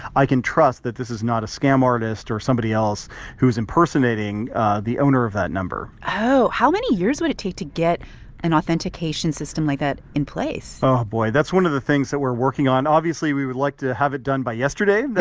i can trust that this is not a scam artist or somebody else who's impersonating the owner of that number oh. how many years would it take to get an authentication system like that in place? oh, boy. that's one of the things that we're working on. obviously, we would like to have it done by yesterday.